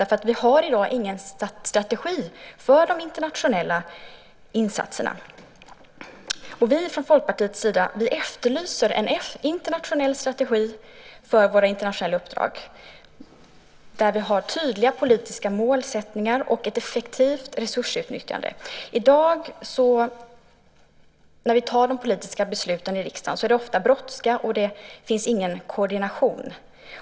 Vi har i dag nämligen ingen strategi för de internationella insatserna. Från Folkpartiets sida efterlyser vi en internationell strategi för våra internationella uppdrag där vi har tydliga politiska målsättningar och ett effektivt resursutnyttjande. I dag är det ofta bråttom när vi tar de politiska besluten i riksdagen, och det finns ingen koordination.